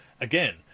Again